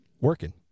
working